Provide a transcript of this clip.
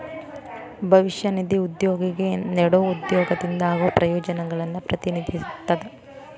ಭವಿಷ್ಯ ನಿಧಿ ಉದ್ಯೋಗಿಗೆ ನೇಡೊ ಉದ್ಯೋಗದಿಂದ ಆಗೋ ಪ್ರಯೋಜನಗಳನ್ನು ಪ್ರತಿನಿಧಿಸುತ್ತದೆ